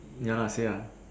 ya lah say ah